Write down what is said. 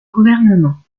gouvernements